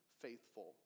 faithful